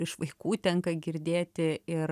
iš vaikų tenka girdėti ir